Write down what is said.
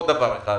עוד דבר אחד.